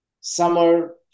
summer